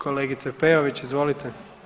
Kolegice Peović, izvolite.